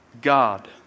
God